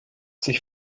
sich